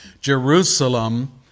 Jerusalem